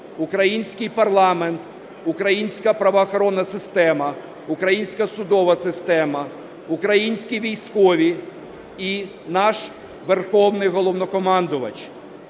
український парламент, українська правоохоронна система, українська судова система, українські військові і наш Верховний Головнокомандувач.